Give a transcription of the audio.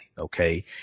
okay